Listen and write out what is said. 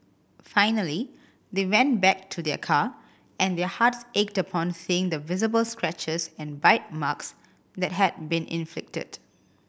finally they went back to their car and their hearts ached upon seeing the visible scratches and bite marks that had been inflicted